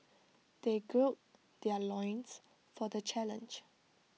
they gird their loins for the challenge